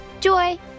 Joy